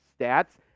stats